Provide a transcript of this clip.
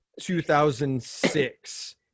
2006